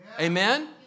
Amen